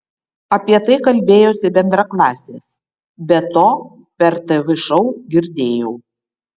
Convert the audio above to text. apie tai kalbėjosi bendraklasės be to per tv šou girdėjau